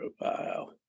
profile